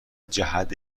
جهت